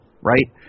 right